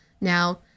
Now